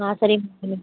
ஆ சரிங்கமா